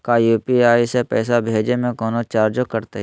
का यू.पी.आई से पैसा भेजे में कौनो चार्ज कटतई?